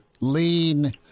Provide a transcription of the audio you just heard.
lean